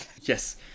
Yes